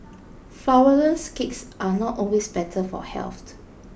Flourless Cakes are not always better for health